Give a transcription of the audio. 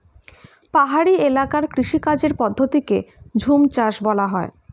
পাহাড়ি এলাকার কৃষিকাজের পদ্ধতিকে ঝুমচাষ বলা হয়